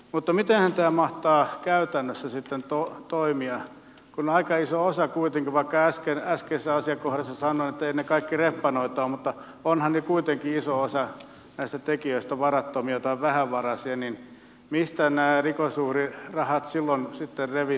mutta mitenhän tämä mahtaa käytännössä sitten toimia kun aika iso osa kuitenkin vaikka äskeisessä asiakohdassa sanoin että eivät ne kaikki reppanoita ole näistä tekijöistä on varattomia tai vähävaraisia niin mistä nämä rikosuhrirahat silloin revitään